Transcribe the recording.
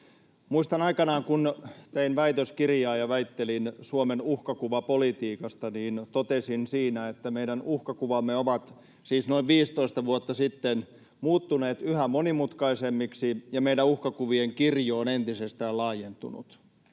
kun aikanaan tein väitöskirjaa ja väittelin Suomen uhkakuvapolitiikasta, niin totesin siinä, että meidän uhkakuvamme ovat — siis noin 15 vuotta sitten — muuttuneet yhä monimutkaisemmiksi ja meidän uhkakuvien kirjo on entisestään laajentunut.